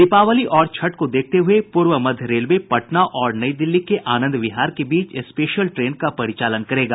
दीपावली और छठ को देखते हुये पूर्व मध्य रेलवे पटना और नई दिल्ली के आनंद विहार के बीच स्पेशल ट्रेन का परिचालन करेगा